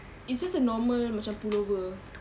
it's just a normal macam pullover